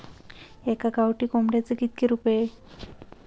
एका गावठी कोंबड्याचे कितके रुपये?